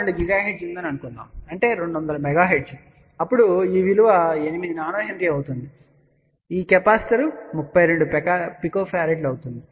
2 GHz ఉందని అనుకుందాం అంటే 200 MHz అప్పుడు ఈ విలువ 8 nH అవుతుంది మరియు ఇది 32 pF అవుతుంది